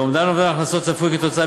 אומדן אובדן ההכנסות הצפוי כתוצאה